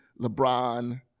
LeBron